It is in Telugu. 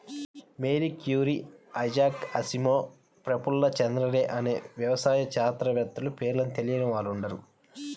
Mary Curie, Isaac Asimov, Prafulla Chandra Ray అనే వ్యవసాయ శాస్త్రవేత్తల పేర్లు తెలియని వారుండరు